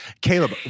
Caleb